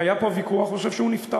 היה פה ויכוח, ואני חושב שהוא נפתר.